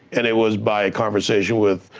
and it was by a conversation with,